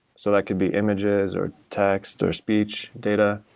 so that could be images or text or speech data.